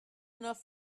enough